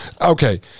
okay